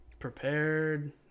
Prepared